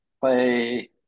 play